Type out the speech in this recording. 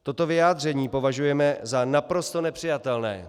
Toto vyjádření považujeme za naprosto nepřijatelné.